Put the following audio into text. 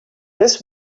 this